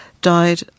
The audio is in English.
died